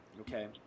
Okay